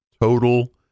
total